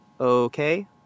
Okay